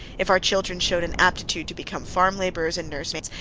if our children showed an aptitude to become farm laborers and nurse-maids,